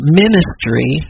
ministry